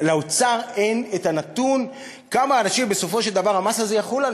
לאוצר אין הנתון על כמה אנשים בסופו של דבר המס הזה יחול.